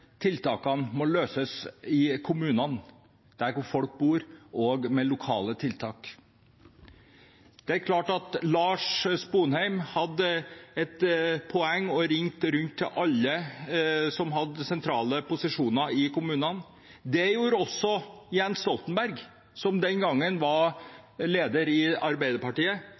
tiltakene må gjøres i kommunene, der hvor folk bor, med lokale tiltak. Lars Sponheim hadde et poeng og ringte rundt til alle som hadde sentrale posisjoner i kommunene. Det gjorde også Jens Stoltenberg, som den gangen var leder i Arbeiderpartiet